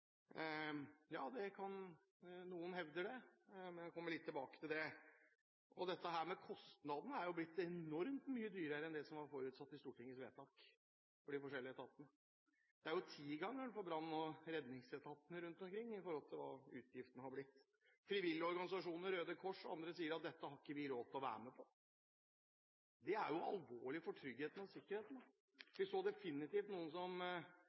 Ja, noen hevder det, men det kommer jeg litt tilbake til. Kostnadene for de forskjellige etatene er blitt enormt mye høyere enn det som var forutsatt i Stortingets vedtak. Det er jo «tigangeren» for brann- og redningsetatene rundt omkring i forhold til hva utgiftene har blitt. Frivillige organisasjoner som bl.a. Røde Kors sier at dette har de ikke råd til å være med på. Det er alvorlig for tryggheten og sikkerheten. Vi så definitivt noen som